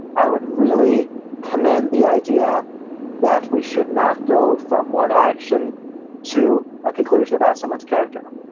i would really commend the idea that we should not go from one action to a conclusion about someone's character.